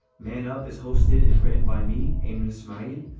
man up is hosted and written by me aiming to smile.